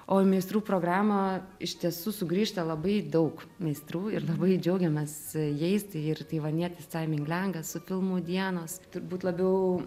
o į meistrų programą iš tiesų sugrįžta labai daug meistrų ir labai džiaugiamės jais tai ir taivanietis taiming liainas su filmu dienos turbūt labiau